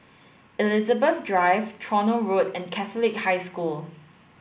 Elizabeth Drive Tronoh Road and Catholic High School